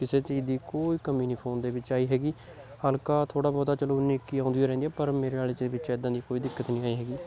ਕਿਸੇ ਚੀਜ਼ ਦੀ ਕੋਈ ਕਮੀ ਨਹੀਂ ਫੋਨ ਦੇ ਵਿੱਚ ਆਈ ਹੈਗੀ ਹਲਕਾ ਥੋੜ੍ਹਾ ਬਹੁਤਾ ਚਲੋ ਉੱਨੀ ਇੱਕੀ ਆਉਂਦੀ ਓ ਰਹਿੰਦੀ ਪਰ ਮੇਰੇ ਵਾਲੇ 'ਚ ਵਿੱਚ ਐਦਾਂ ਦੀ ਕੋਈ ਦਿੱਕਤ ਨਹੀਂ ਆਈ ਹੈਗੀ